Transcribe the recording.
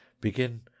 begin